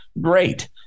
Great